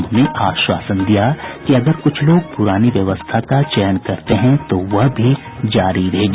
उन्होंने आश्वासन दिया कि अगर कुछ लोग पुरानी व्यवस्था का चयन करते हैं तो वह भी जारी रहेगी